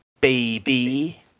baby